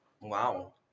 Wow